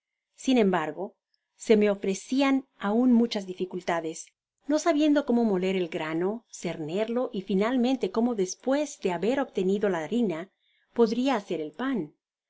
sin embargo se me ofrecian aun muchas dificultades no sabiendo como moler el grano cernerlo y finalmente como despues de haber obtenido la barina podria hacer el pan